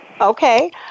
Okay